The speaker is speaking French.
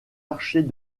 archers